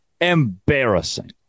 Embarrassing